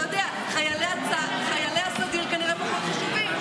אתה יודע, חיילי הסדיר כנראה פחות חשובים.